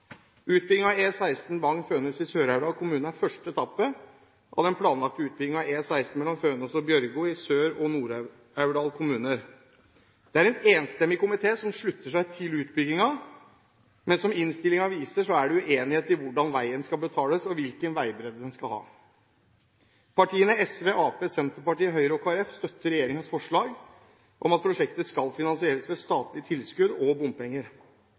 utbygging av E16 på strekningen Føhnhus–Bagn. Dagens vei er både smal, bratt og har mye svinger, så dette vil være viktig også for trafikksikkerheten på veien. Utbyggingen av E16 Fønhus–Bagn i Sør-Aurdal kommune er første etappe av den planlagte ubyggingen av E16 mellom Fønhus og Bjørgo i Sør- og Nord-Aurdal kommuner. Det er en enstemmig komité som slutter seg til utbyggingen, men som innstillingen viser, er det uenighet om hvordan veien skal betales og hvilken veibredde den skal ha. Partiene SV, Arbeiderpartiet, Senterpartiet, Høyre og